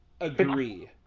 agree